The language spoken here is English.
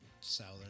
southern